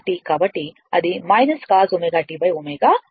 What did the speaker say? కాబట్టి అది cos ωtω అవుతుంది